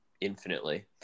infinitely